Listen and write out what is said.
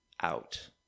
out